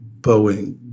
Boeing